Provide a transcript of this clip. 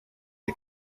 the